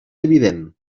evident